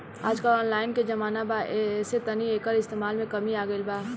आजकल ऑनलाइन के जमाना बा ऐसे तनी एकर इस्तमाल में कमी आ गइल बा